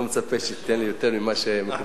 אני לא מצפה שתיתן לי יותר ממה שמקובל.